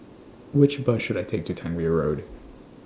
Which Bus should I Take to Tangmere Road